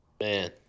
Man